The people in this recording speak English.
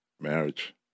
Marriage